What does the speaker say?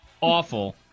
awful